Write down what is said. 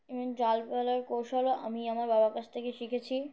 এবং জাল ফেলার কৌশলও আমি আমার বাবার কাছ থেকে শিখেছি